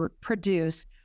produce